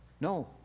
No